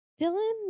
Dylan